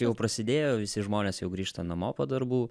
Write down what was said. jau prasidėjo visi žmonės jau grįžta namo po darbų